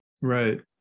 Right